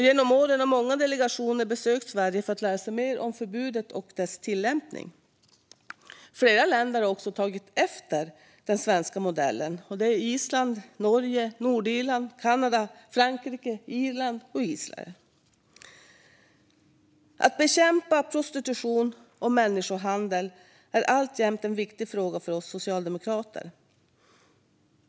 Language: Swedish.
Genom åren har många delegationer besökt Sverige för att lära sig mer om förbudet och dess tillämpning. Flera länder har också tagit efter den svenska modellen. Det är Island, Norge, Nordirland, Kanada, Frankrike, Irland och Israel. Att bekämpa prostitution och människohandel är alltjämt en viktig fråga för oss socialdemokrater.